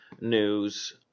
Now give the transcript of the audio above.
news